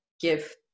give